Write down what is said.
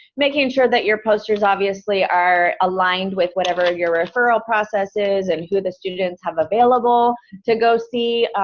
making sure that your posters obviously are aligned with whatever your referral process is, and who the students have available to go see,